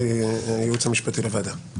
הייעוץ המשפטי לוועדה.